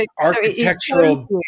architectural